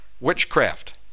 witchcraft